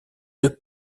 deux